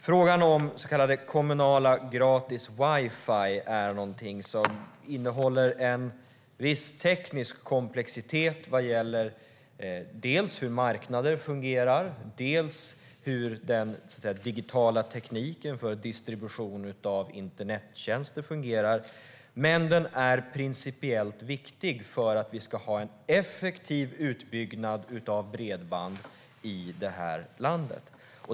Frågan om så kallade kommunala gratis wifi innehåller en viss teknisk komplexitet vad gäller dels hur marknader fungerar, dels hur den digitala tekniken för distribution av internettjänster fungerar. Men den är principiellt viktig för att vi ska ha en effektiv utbyggnad av bredband i det här landet.